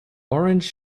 orange